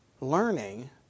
Learning